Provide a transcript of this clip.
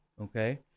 Okay